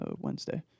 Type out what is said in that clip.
Wednesday